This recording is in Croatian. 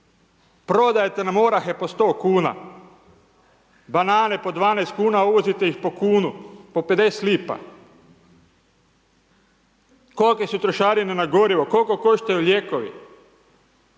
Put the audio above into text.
prodajete nam orahe po 100,00 kn, banane po 12,00 kn, uvozite ih po 1,00 kn, po 0,50 kn, kolike su trošarine na gorivo, koliko koštaju lijekovi,